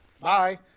bye